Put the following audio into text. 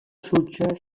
sutja